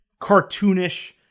cartoonish